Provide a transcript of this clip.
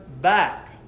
back